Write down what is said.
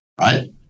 right